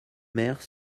maire